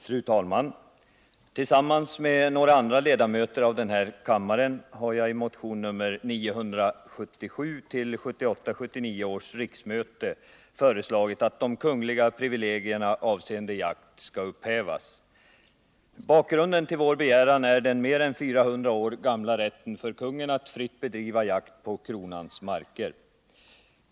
Fru talman! Tillsammans med några andra ledamöter av denna kammare har jag i motion nr 977 till 1978/79 års riksmöte föreslagit att de kungliga privilegierna avseende jakt skall upphävas. Bakgrunden till vår begäran är den mer än 400 år gamla rätten för kungen att fritt bedriva jakt på kronans marker.